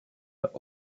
but